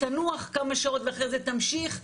תנוח כמה שעות ואחרי זה תמשיך.